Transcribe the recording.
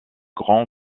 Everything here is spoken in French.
grands